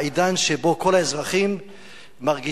העידן שבו כל האזרחים מרגישים,